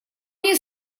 они